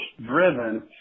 driven